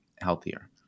healthier